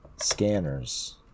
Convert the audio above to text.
scanners